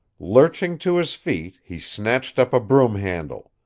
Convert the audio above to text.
lurching to his feet, he snatched up a broom handle.